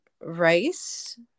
rice